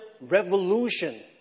revolution